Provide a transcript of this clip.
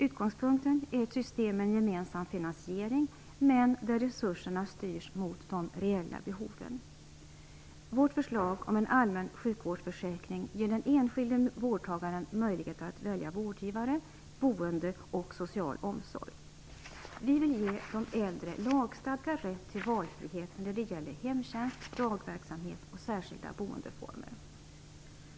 Utgångspunkten är ett system med gemensam finansiering men där resurserna styrs mot de reella behoven. Vårt förslag om en allmän sjukvårdsförsäkring ger den enskilde vårdtagaren möjlighet att välja vårdgivare, boende och social omsorg. Vi vill ge de äldre lagstadgad rätt till valfrihet när det gäller hemtjänst, dagverksamhet och särskilda boendeformer.